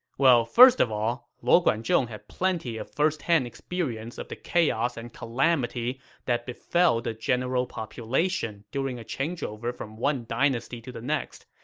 well, first of all, luo guanzhong had plenty of first-hand experience of the chaos and calamity that befell the general population during a changeover from one dynasty to the next,